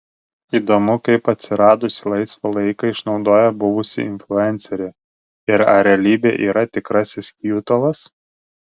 įdomu kaip atsiradusį laisvą laiką išnaudoja buvusi influencerė ir ar realybė yra tikrasis kjutalas